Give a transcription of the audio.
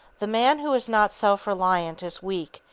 the man who is not self-reliant is weak,